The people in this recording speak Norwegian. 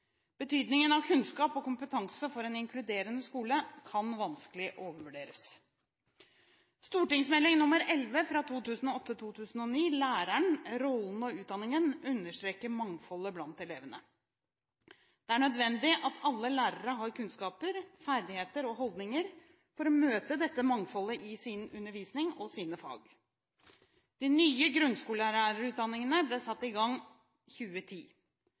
Betydningen av kunnskap og kompetanse for en inkluderende skole kan vanskelig overvurderes. St.meld. nr. 11 for 2008–2009, Læreren – Rollen og utdanningen, understreker mangfoldet blant elevene. Det er nødvendig at alle lærere har kunnskaper, ferdigheter og holdninger for å møte dette mangfoldet i sin undervisning og i sine fag. De nye grunnskolelærerutdanningene ble satt i gang i 2010.